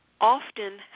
often